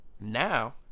Now